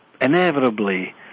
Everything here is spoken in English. inevitably